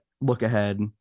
look-ahead